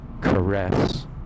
caress